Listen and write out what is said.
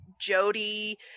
jody